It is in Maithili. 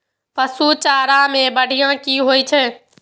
पशु चारा मैं बढ़िया की होय छै?